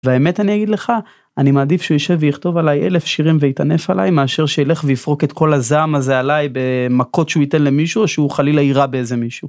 והאמת אני אגיד לך אני מעדיף שהוא יישב ויכתוב עליי אלף שירים ויטנף עליי מאשר שילך ויפרוק את כל הזעם הזה עליי במכות שהוא ייתן למישהו או שהוא חלילה יירה באיזה מישהו.